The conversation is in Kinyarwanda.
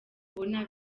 mubona